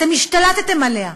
אתם השתלטתם עליה.